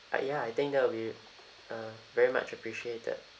uh ya I think that would be uh very much appreciated